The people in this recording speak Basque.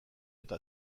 eta